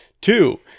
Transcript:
Two